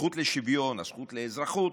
הזכות לשוויון, הזכות לאזרחות,